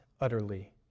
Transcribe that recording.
utterly